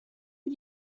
für